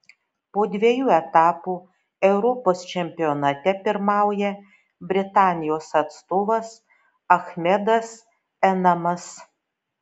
po dviejų etapų europos čempionate pirmauja britanijos atstovas achmedas enamas